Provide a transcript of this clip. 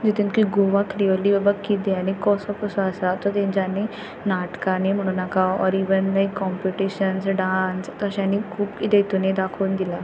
जेतून की गोवा किल्यली बाबा किदें आनी कसो कसो आसा तो तेंच्यानी नाटकांनी म्हुणू नाका ऑर इवन हे कॉम्पिटिशन्स डांस तश्यांनी खूब किदें हेतुनी दाखोवन दिलां